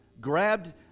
grabbed